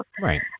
Right